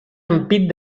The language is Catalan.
ampit